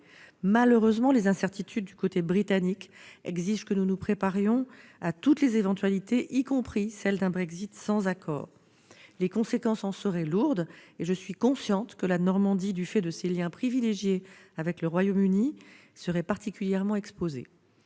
Malheureusement, les incertitudes du côté britannique exigent que nous nous préparions à toutes les éventualités, y compris celle d'un Brexit sans accord. Les conséquences en seraient lourdes, et je suis consciente que la Normandie, du fait de ses liens privilégiés avec le Royaume-Uni, serait particulièrement exposée.